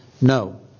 no